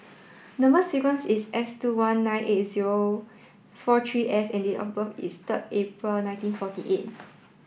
number sequence is S two one nine eight zero four three S and date of birth is third April nineteen forty eight